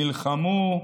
נלחמו,